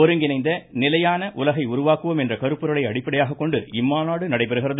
ஒருங்கிணைந்த நிலையான உலகை உருவாக்குவோம் என்ற கருப்பொருளை அடிப்படையாகக் கொண்டு இம்மாநாடு நடைபெறுகிறது